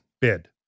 bid